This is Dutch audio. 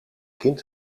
kind